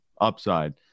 upside